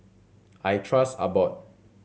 I trust Abbott